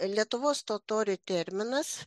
lietuvos totorių terminas